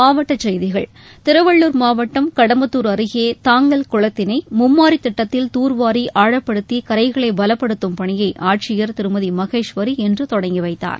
மாவட்ட செய்திகள் திருவள்ளுர் மாவட்டம் கடம்பத்தூர் அருகே தாங்கல் குளத்தினை மும்மாரி திட்டத்தில் தூர்வாரி ஆழப்படுத்தி கரைகளை பலப்படுத்தும் பணியை ஆட்சியர் திருமதி மகேஸ்வரி இன்று தொடங்கி வைத்தார்